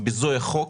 בביזוי החוק